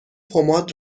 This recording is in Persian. پماد